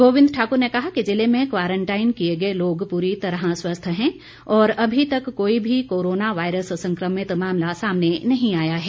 गोविंद ठाकुर ने कहा कि जिले में क्वारंटाइन किए गए लोग पूरी तरह स्वस्थ हैं और अभी तक कोई भी कोरोना वायरस संक्रमित मामला सामने नहीं आया है